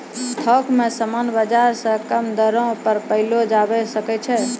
थोक मे समान बाजार से कम दरो पर पयलो जावै सकै छै